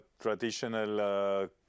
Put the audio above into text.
traditional